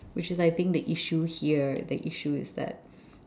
which is I think it's the issue here the issue that